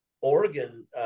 Oregon